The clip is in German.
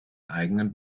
eigenen